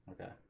okay